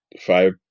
five